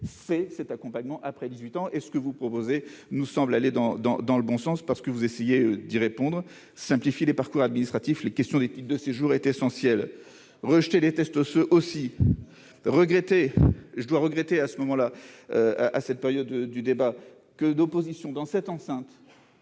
c'est cet accompagnement après 18 ans, est ce que vous proposez nous semble aller dans, dans, dans le bon sens parce que vous essayez d'y répondre, simplifier les parcours administratif, les questions d'éthique de séjour est essentiel, rejeté les tests se aussi regretté, je dois regretter à ce moment-là, à cette période du débat que d'opposition dans cette enceinte